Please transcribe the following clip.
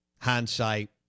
hindsight